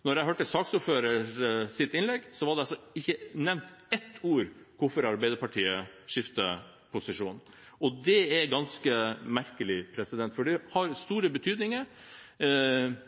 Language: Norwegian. Da jeg hørte saksordførers innlegg, ble det ikke nevnt med ett ord hvorfor Arbeiderpartiet skifter posisjon. Det er ganske merkelig, fordi det har store betydninger,